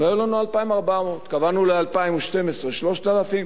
והיו לנו 2,400. קבענו ל-2012, 3,000?